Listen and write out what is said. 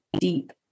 deep